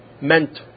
meant